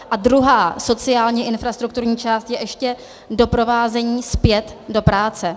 A druhá sociálně infrastrukturní část je ještě doprovázení zpět do práce.